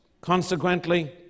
Consequently